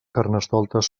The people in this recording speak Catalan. carnestoltes